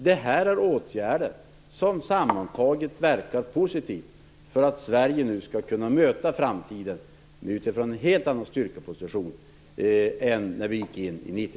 Det här är åtgärder som sammantaget verkat positivt för att Sverige nu skall kunna möta framtiden utifrån en helt annan styrkeposition än när vi gick in i